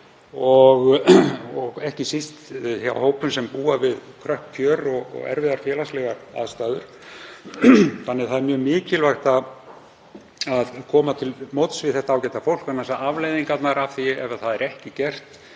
og ekki síst hjá hópum sem búa við kröpp kjör og erfiðar félagslegar aðstæður. Það er því mjög mikilvægt að koma til móts við þetta ágæta fólk vegna þess að afleiðingarnar af því ef það er ekki gert